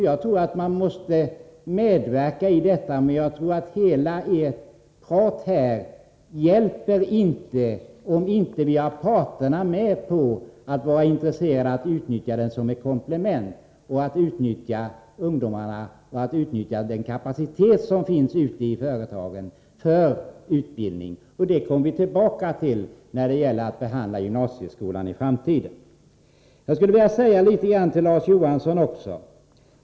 Jag tror att vi måste medverka här, men jag tror inte det hjälper om inte parterna är med på att utnyttja utbildningen som ett komplement och utnyttja den kapacitet som finns i företagen för utbildning. Detta kommer vi tillbaka till när vi skall behandla gymnasieskolan i framtiden. Jag skulle vilja säga litet grand också till Larz Johansson.